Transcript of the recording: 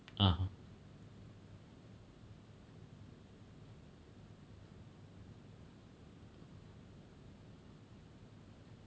ah